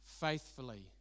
faithfully